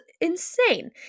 insane